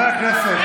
חברי הכנסת,